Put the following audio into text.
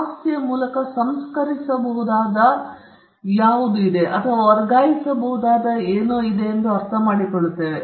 ಆಸ್ತಿಯ ಮೂಲಕ ಸಂಸ್ಕರಿಸಬಹುದಾದ ಯಾವುದೋ ಮತ್ತು ವರ್ಗಾಯಿಸಬಹುದಾದ ಯಾವುದೋ ಎಂದು ನಾವು ಅರ್ಥಮಾಡಿಕೊಳ್ಳುತ್ತೇವೆ